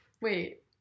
Wait